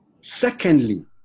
Secondly